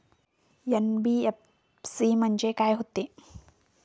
NBFC म्हणजे का होते?